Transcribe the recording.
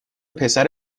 پسر